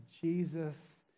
Jesus